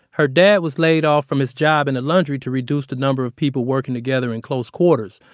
her dad was laid off from his job in the laundry to reduce the number of people working together in close quarters.